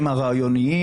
לדעתי.